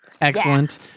Excellent